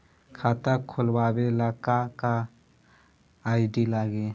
खाता खोलाबे ला का का आइडी लागी?